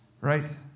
Right